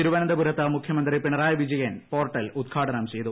തിരുവനന്തപുരത്ത് മുഖ്യമന്ത്രി പിണറായി വിജയൻ പോർട്ടൽ ഉദ്ഘാടനം ചെയ്തു